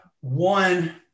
One